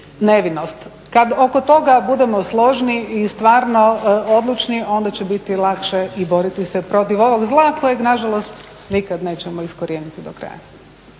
nevinost. Kada oko toga budemo složni i stvarno odlučni, onda će biti lakše i boriti se protiv ovog zla kojeg nažalost nikad nećemo iskorijeniti do kraja.